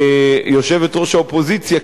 יושבת-ראש האופוזיציה,